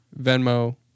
Venmo